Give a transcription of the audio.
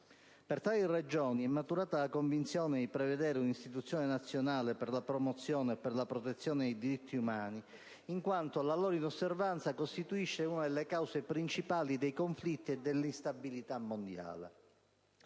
Per tali ragioni, è maturata la convinzione di prevedere un'istituzione nazionale per la promozione e la protezione dei diritti umani, in quanto la loro inosservanza costituisce una delle cause principali dei conflitti e dell'instabilità mondiale.